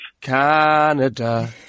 Canada